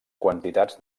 quantitats